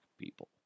people